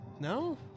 No